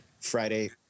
Friday